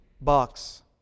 box